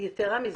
יתרה מזאת,